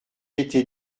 été